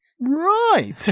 Right